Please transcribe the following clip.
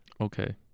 Okay